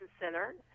Center